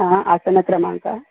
हा आसनक्रमाङ्कः